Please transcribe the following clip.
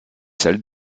salles